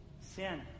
Sin